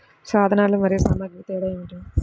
సాధనాలు మరియు సామాగ్రికి తేడా ఏమిటి?